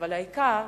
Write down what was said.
אבל העיקר,